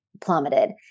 plummeted